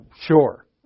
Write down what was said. sure